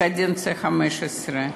בכנסת החמש-עשרה,